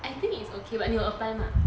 I think it is okay but 你有 apply mah